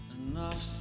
enough